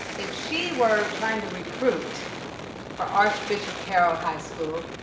if she were trying to recruit for archbishop carroll high school,